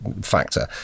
factor